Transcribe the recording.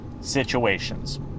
situations